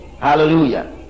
hallelujah